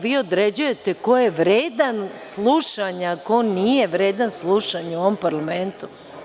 Vi određujete ko je vredan slušanja, ko nije vredan slušanja u ovom parlamentu.